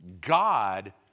God